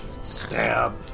stab